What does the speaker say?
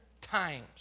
times